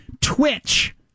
Twitch